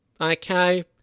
Okay